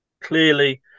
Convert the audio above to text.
Clearly